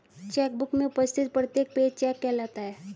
check book में उपस्थित प्रत्येक पेज चेक कहलाता है